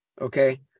okay